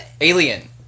Alien